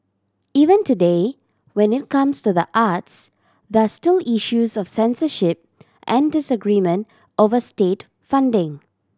even today when it comes to the arts there are still issues of censorship and disagreement over state funding